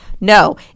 No